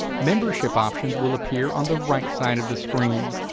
membership options will appear on the right side of the screen.